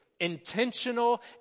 Intentional